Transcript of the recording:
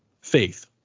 faith